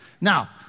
Now